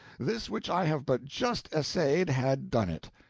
this which i have but just essayed had done it.